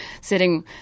sitting